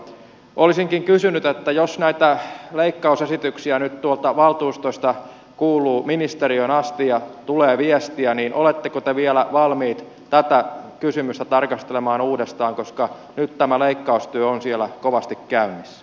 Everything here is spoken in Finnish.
olisinkin kysynyt että jos näitä leikkausesityksiä nyt tuolta valtuustoista kuuluu ministeriöön asti ja tulee viestiä oletteko te vielä valmiit tätä kysymystä tarkastelemaan uudestaan koska nyt tämä leikkaustyö on siellä kovasti käynnissä